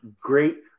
great